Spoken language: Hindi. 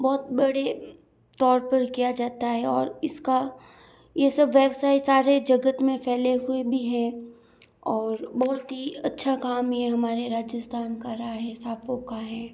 बहुत बड़े तौर पर किया जाता है और इसका यह सब वेबसाइट सारे जगत में फैले हुए भी हैं और बहुत ही अच्छा काम यह हमारे राजस्थान का रहा है सांफों का है